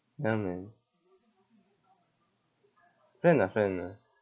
ya man friend ah friend ah